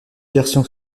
versions